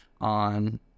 on